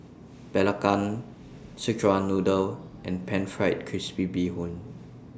Belacan Szechuan Noodle and Pan Fried Crispy Bee Hoon